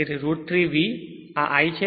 તેથી રુટ 3 V આ I છે